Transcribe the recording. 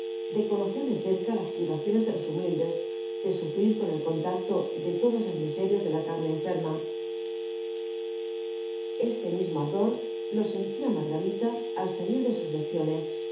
de conocer de cerca las privaciones de los humildes de sufrir con el contacto de todas las miserias de la carne enferma este mismo ardor lo sentía margarita al salir de sus lecciones